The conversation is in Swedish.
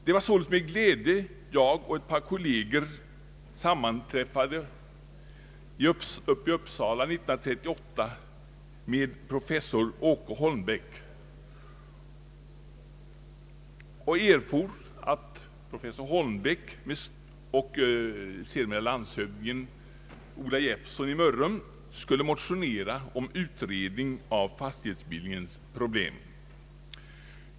Det var med glädje som jag och ett par kolleger sammanträffade i Uppsala 1938 med professor Åke Holmbäck och erfor att han tillsammans med sedermera landshövdingen Ola Jeppsson i Mörrum skulle motionera om utredning av fastighetsbildningens problem.